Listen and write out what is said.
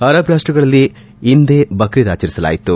Arab ರಾಷ್ನಗಳಲ್ಲಿ ಇಂದೇ ಬಕ್ರೀದ್ ಆಚರಿಸಲಾಯಿತು